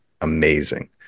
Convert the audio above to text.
amazing